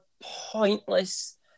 pointless